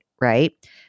right